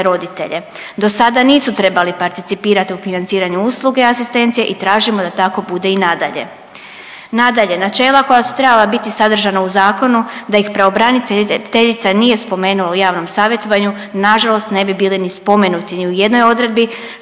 roditelja. Do sada nisu trebali participirati u financiranju usluge asistencije i tražimo da tako bude i nadalje. Nadalje, načela koja su trebala biti sadržana u zakonu da ih pravobraniteljica nije spomenula u javnom savjetovanju na žalost ne bi bili ni spomenuti ni u jednoj odredbi.